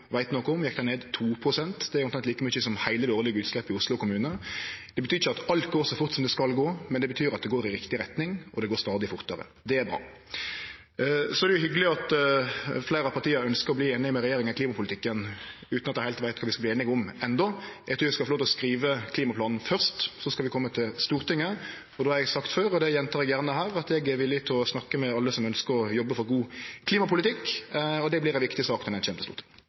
veit noko om, gjekk dei ned 2 pst. Det er omtrent like mykje som heile det årlege utsleppet til Oslo kommune. Det betyr ikkje at alt går så fort som det skal gå, men det betyr at det går i riktig retning, og det går stadig fortare. Det er bra. Så er det hyggjeleg at fleire av partia ønskjer å verte einige med regjeringa i klimapolitikken, utan at dei heilt veit kva dei skal verte einige om enno. Eg trur eg skal få lov til å skrive klimaplanen først, så skal vi kome til Stortinget. Eg har sagt før – og eg gjentek det gjerne her – at eg er villig til å snakke med alle som ønskjer å jobbe for god klimapolitikk. Det vert ei viktig sak når ho kjem til Stortinget. Klimaministeren sier at det går i